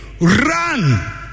run